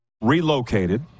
relocated